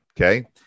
okay